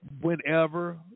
whenever